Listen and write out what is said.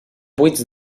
buits